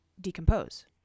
decompose